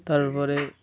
তার পরে